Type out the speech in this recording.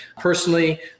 Personally